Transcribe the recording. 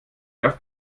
nicht